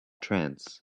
trance